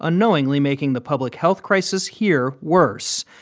unknowingly making the public health crisis here worse.